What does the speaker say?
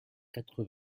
quatre